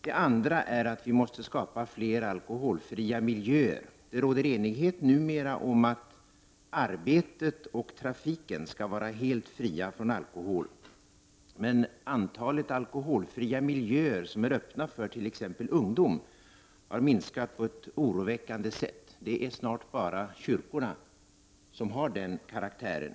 Den andra synpunkten är att vi måste skapa fler alkoholfria miljöer. Det råder numera enighet om att arbetslivet och trafiken skall vara helt fria från alkohol. Men antalet alkoholfria miljöer som är öppna för t.ex. ungdomar har minskat på ett oroväckande sätt. Det är snart bara kyrkorna som har den karaktären.